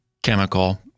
chemical